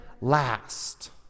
last